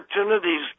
opportunities